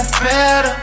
better